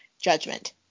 judgment